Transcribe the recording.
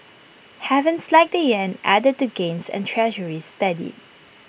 havens like the Yen added to gains and Treasuries steadied